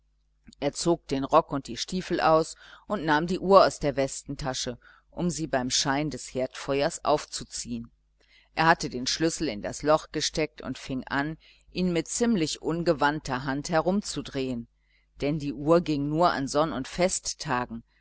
er zog den rock und die stiefel aus und nahm die uhr aus der westentasche um sie beim schein des herdfeuers aufzuziehen er hatte den schlüssel in das loch gesteckt und fing an ihn mit ziemlich ungewandter hand herumzudrehen denn die uhr ging nur an sonn und festtagen